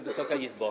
Wysoka Izbo!